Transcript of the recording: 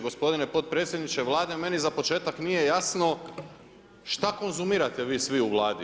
Gospodine podpredsjedniče Vlade, meni za početak nije jasno šta konzumirate vi svi u Vladi?